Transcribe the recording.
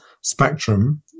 spectrum